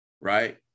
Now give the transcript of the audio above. right